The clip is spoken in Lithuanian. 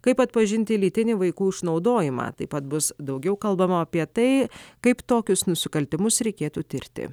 kaip atpažinti lytinį vaikų išnaudojimą taip pat bus daugiau kalbama apie tai kaip tokius nusikaltimus reikėtų tirti